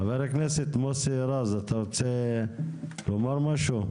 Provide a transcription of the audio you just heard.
חבר הכנסת מוסי רז אתה רוצה לומר משהו?